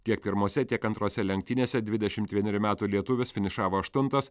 tiek pirmose tiek antrose lenktynėse dvidešimt vienerių metų lietuvis finišavo aštuntas